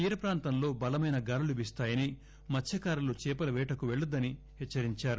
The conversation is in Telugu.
తీర ప్రాంతంలో బలమైన గాలులు వీస్తాయని మత్యకారులు చేపల పేటకు పెళ్లొద్దని హెచ్చరించారు